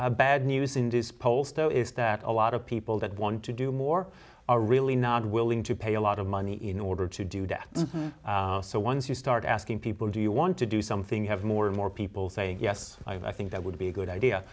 bad news in this poll so is that a lot of people that want to do more are really not willing to pay a lot of money in order to do that so once you start asking people do you want to do something you have more and more people saying yes i think that would be a good idea